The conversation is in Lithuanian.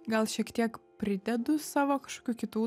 gal šiek tiek pridedu savo kažkokių kitų